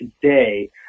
today